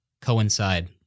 coincide